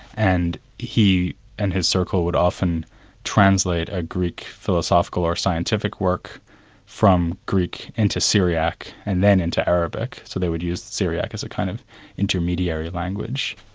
and he and his circle would often translate a greek philosophical or scientific work from greek into syriac and then into arabic. so they would use the syriac as a kind of intermediary language.